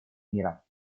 мира